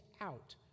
out